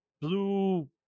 blue